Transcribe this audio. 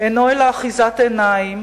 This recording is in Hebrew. אינו אלא אחיזת עיניים,